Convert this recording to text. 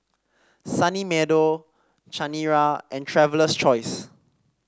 Sunny Meadow Chanira and Traveler's Choice